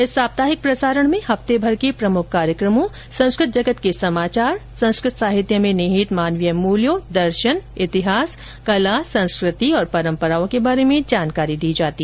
इस साप्ताहिक प्रसारण में हफतेभर के प्रमुख कार्यक्रमों संस्कृत जगत के समाचार संस्कृत साहित्य में निहित मानवीय मूल्यों दर्शन इतिहास कला संस्कृति और परम्पराओं के बारे में जानकारी दी जाती है